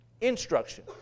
instruction